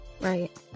Right